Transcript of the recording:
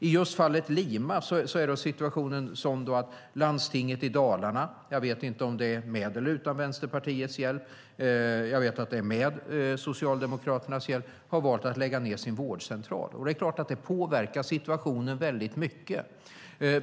I just fallet Lima är situationen den att Landstinget i Dalarna - jag vet inte om det är med eller utan Vänsterpartiets hjälp, men jag vet att det är med Socialdemokraternas hjälp - har valt att lägga ned sin vårdcentral. Det är klart att det påverkar situationen mycket.